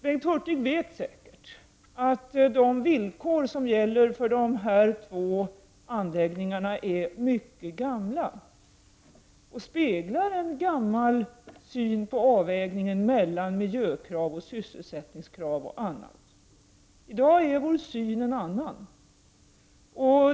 Bengt Hurtig vet säkert att de villkor som gäller för de två anläggningarna är mycket gamla. De speglar en gammal syn på avvägningen mellan miljökrav och sysselsättningskrav osv. I dag är vår syn en annan.